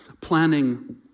planning